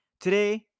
today